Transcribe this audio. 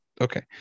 Okay